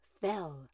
fell